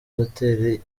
hoteli